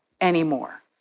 anymore